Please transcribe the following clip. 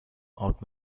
out